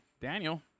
Daniel